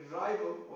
rival